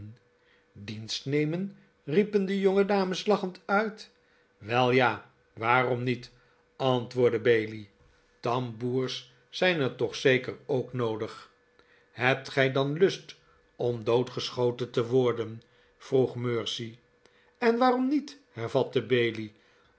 dienst te nemen dienstnemen riepen de jongedames lachend uit wel ja waarom niet antwoordde bailey tamboers zijn er toch zeker ook noodig hebt gij dan lust om doodgeschoten te worden vroeg mercy en waarom niet hervatte bailey